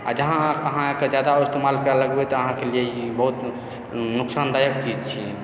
आ जहाँ अहाँ एकर ज्यादा इस्तेमाल करय लगबै तऽ अहाँके लिअ ई बहुत नुकसानदायक चीज छियै ई